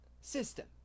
system